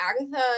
Agatha